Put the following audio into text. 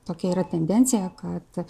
tokia yra tendencija kad